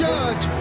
Judge